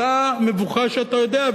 אותה מבוכה שאתה יודע,